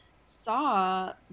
saw